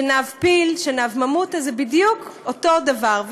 שנהב פיל או שנהב ממותה זה בדיוק אותו דבר.